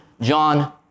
John